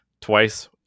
twice